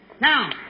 Now